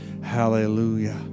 Hallelujah